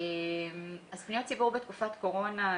פניות ציבור בתקופת קורונה.